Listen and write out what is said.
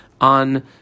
on